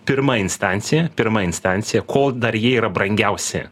pirma instancija pirma instancija kol dar jie yra brangiausi